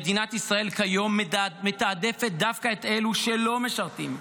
כיום מדינת ישראל מתעדפת דווקא את אלה שלא משרתים,